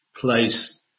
place